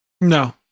No